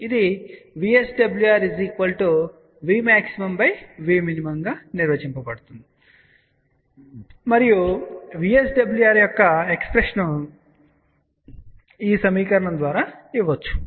ఇది VSWR Vmax Vmin గా నిర్వచించబడింది మరియు VSWR యొక్క ఎక్స్ప్రెషన్ ఈ సమీకరణం ద్వారా ఇవ్వబడుతుంది